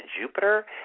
Jupiter